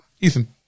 Ethan